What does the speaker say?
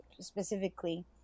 specifically